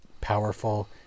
powerful